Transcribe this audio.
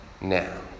now